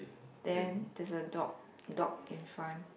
then there's a dog dog in front